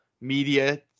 media